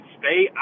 stay